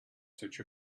such